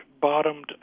bottomed